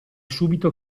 subito